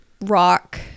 rock